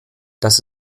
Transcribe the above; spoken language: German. das